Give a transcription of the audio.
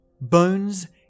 bones